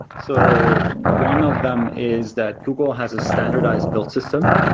so one of them is that google has a standardized build system.